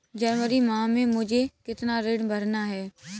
जनवरी माह में मुझे कितना ऋण भरना है?